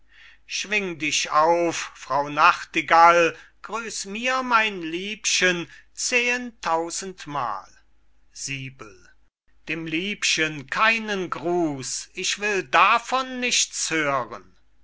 schwing dich auf frau nachtigall grüß mir mein liebchen zehentausendmal dem liebchen keinen gruß ich will davon nichts hören